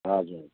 हजुर हजुर